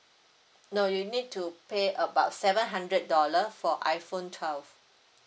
no you need to pay about seven hundred dollar for iphone twelve